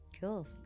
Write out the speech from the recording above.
cool